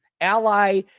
ally